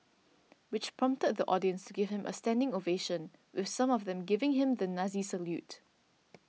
which prompted the audience to give him a standing ovation with some of them giving him the Nazi salute